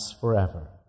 forever